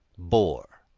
bore,